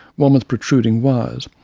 one with protruding wires.